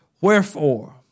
wherefore